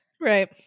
right